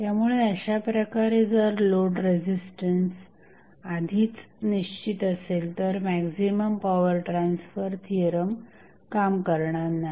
त्यामुळे अशाप्रकारे जर लोड रेझिस्टन्स आधीच निश्चित असेल तर मॅक्झिमम पॉवर ट्रान्सफर थिअरम काम करणार नाही